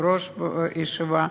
יושב-ראש הישיבה,